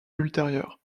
ultérieures